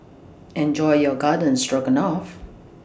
Enjoy your Garden Stroganoff